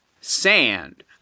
Sand